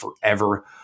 forever